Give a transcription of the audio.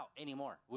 anymore